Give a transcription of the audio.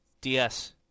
DS